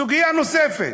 סוגיה נוספת: